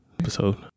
episode